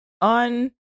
on